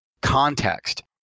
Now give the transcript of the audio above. context